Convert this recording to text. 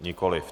Nikoliv.